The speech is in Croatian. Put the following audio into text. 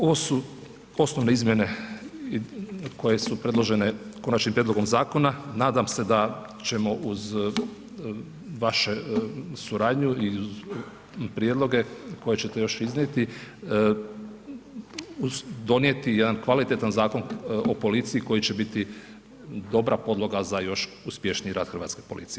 Ovo su osnovne izmjene koje su predložene konačnim prijedlogom zakona, nadam se da ćemo uz vaše suradnju i prijedloge koje ćete još iznijeti donijeti jedan kvalitetan Zakon o policiji koji će biti dobra podloga za još uspješniji rad Hrvatske policije.